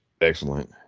excellent